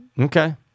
Okay